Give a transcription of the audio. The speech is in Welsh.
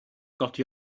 godi